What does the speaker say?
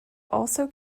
also